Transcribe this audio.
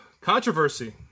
Controversy